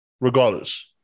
Regardless